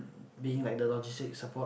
being like the logistics support